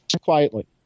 Quietly